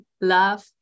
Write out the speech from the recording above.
love